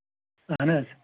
اَہن حظ